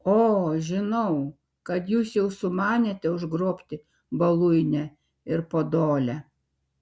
o žinau kad jūs jau sumanėte užgrobti voluinę ir podolę